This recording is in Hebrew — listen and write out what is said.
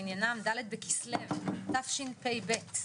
ד' בכסלו התשפ"ב.